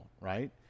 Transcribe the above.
right